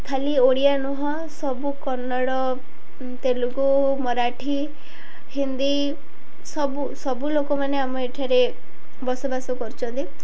ଖାଲି ଓଡ଼ିଆ ନୁହଁ ସବୁ କନ୍ନଡ଼ ତେଲୁଗୁ ମରାଠୀ ହିନ୍ଦୀ ସବୁ ସବୁ ଲୋକମାନେ ଆମ ଏଠାରେ ବସବାସ କରୁଛନ୍ତି